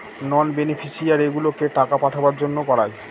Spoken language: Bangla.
নন বেনিফিশিয়ারিগুলোকে টাকা পাঠাবার জন্য করায়